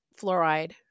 fluoride